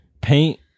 paint